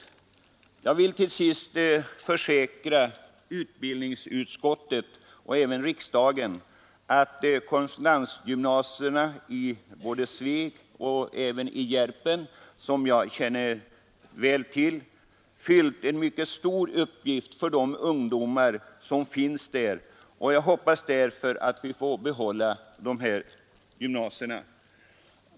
Jag vill försäkra utbildningsutskottet och även riksdagen att korre spondensgymnasierna i både Sveg och Järpen, som jag känner väl till, Nr 100 fyllt en mycket stor uppgift för de ungdomar som finns där, och jag hoppas därför att vi får behålla dessa gymnasier.